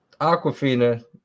Aquafina